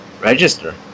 register